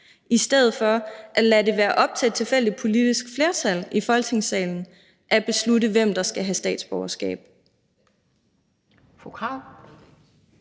i stedet for at lade det være op til et tilfældigt politisk flertal i Folketingssalen at beslutte, hvem der skal have statsborgerskab.